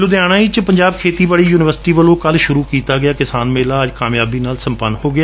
ਲੁਧਿਆਣਾ ਵਿੱਚ ਪੰਜਾਬ ਦੇ ਖੇਤੀ ਬਾੜੀ ਯੁਨੀਵਰਸਿਟੀ ਵੱਲੋਂ ਕੱਲ੍ ਸ਼ੁਰੂ ਕੀਤਾ ਗਿਆ ਕਿਸਾਨ ਮੇਲਾ ਅੱਜ ਕਾਮਯਾਬੀ ਨਾਲ ਸੰਪੰਨ ਹੋ ਗਿਆ